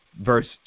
verse